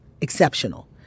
exceptional